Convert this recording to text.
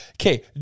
Okay